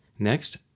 Next